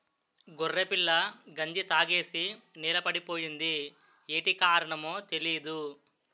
గొర్రెపిల్ల గంజి తాగేసి నేలపడిపోయింది యేటి కారణమో తెలీదు